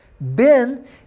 Ben